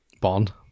Bond